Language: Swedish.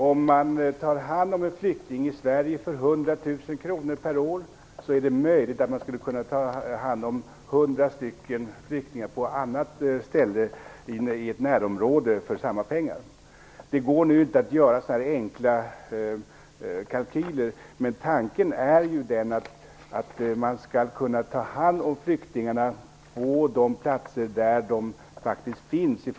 Om man tar hand om en flykting i Sverige för 100 000 kr per år är det möjligt att ta hand om 100 flyktingar på annat ställe i ett närområde för samma pengar. Det går nu inte att göra några enkla kalkyler, men tanken är att man i första hand skall ta hand om flyktingarna på de platser där de faktiskt finns.